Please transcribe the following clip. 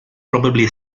probably